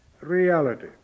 reality